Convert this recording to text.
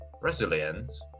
resilience